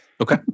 Okay